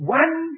one